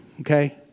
okay